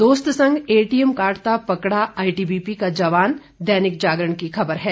दोस्त संग एटीएम काटता पकड़ा आईटीबीपी का जवान दैनिक जागरण की खबर है